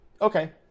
Okay